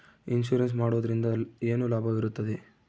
Insurance ಮಾಡೋದ್ರಿಂದ ಏನು ಲಾಭವಿರುತ್ತದೆ?